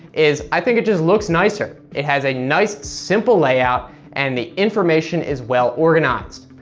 is i think it just looks nicer. it has a nice simple layout and the information is well organized.